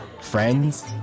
friends